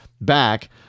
back